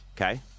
okay